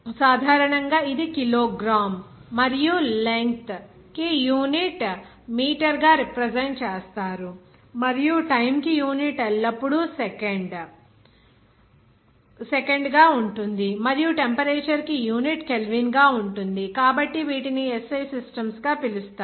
సాధారణంగా ఇది కిలోగ్రాము మరియు లెంగ్త్ కి యూనిట్ మీటర్ గా రిప్రజెంట్ చేస్తారు మరియు టైమ్ కి యూనిట్ ఎల్లప్పుడూ సెకండ్ గా ఉంటుంది మరియు టెంపరేచర్ కి యూనిట్ కెల్విన్ గా ఉంటుంది కాబట్టి వీటిని SI సిస్టమ్స్ గా పిలుస్తున్నారు